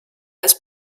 als